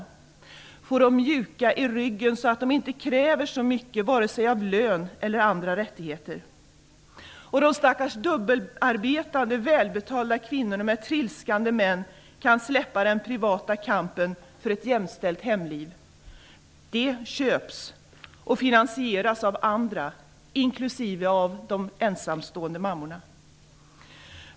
Man vill få dem mjuka i ryggen så att de inte kräver så mycket vare sig av lön eller andra rättigheter. De stackars dubbelarbetande, välbetalda kvinnorna med trilskande män kan släppa den privata kampen för ett jämställt hemliv. Det köps och finansieras av andra, inklusive de ensamstående mammorna.